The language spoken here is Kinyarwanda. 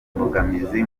imbogamizi